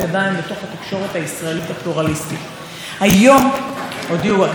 אני מזכירה לכולנו שראש הממשלה לפני שעתיים הקדיש חלק ניכר מנאומו,